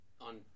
on